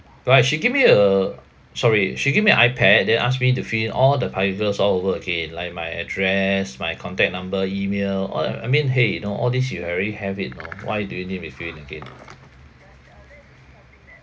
right she give me uh sorry she give me an ipad then asked me to fill in all the particulars all over again like my address my contact number email all uh I mean !hey! you know all these you already have it know why do you need me fill in again